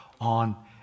on